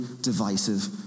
divisive